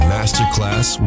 Masterclass